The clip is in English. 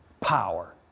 power